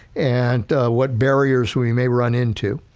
and what barriers we may run into.